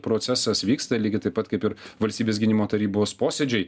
procesas vyksta lygiai taip pat kaip ir valstybės gynimo tarybos posėdžiai